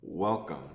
Welcome